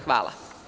Hvala.